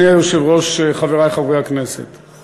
אני בעד, על-פי תפיסת העולם שלי,